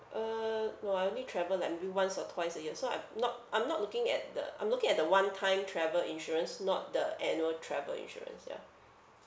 uh no I only travel like maybe once or twice a year so I'm not I'm not looking at the I'm looking at the one time travel insurance not the annual travel insurance ya